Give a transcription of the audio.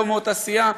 לא מאותה סיעה,